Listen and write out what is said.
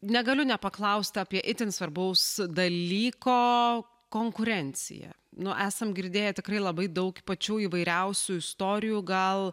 negaliu nepaklaust apie itin svarbaus dalyko konkurencija nu esam girdėję tikrai labai daug pačių įvairiausių istorijų gal